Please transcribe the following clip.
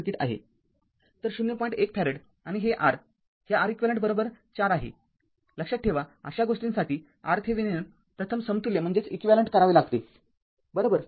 १ farad आणि हे Rहे Req ४ आहे लक्षात ठेवा अशा गोष्टींसाठी R थेविनिन प्रथम समतुल्य करावे लागते बरोबर